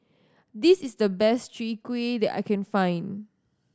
this is the best Chwee Kueh that I can find